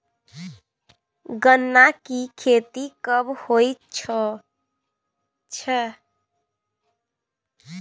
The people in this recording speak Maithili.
गन्ना की खेती कब होय छै?